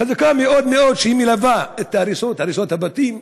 חזקה מאוד מאוד, כשהיא מלווה את הריסות הבתים.